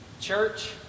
Church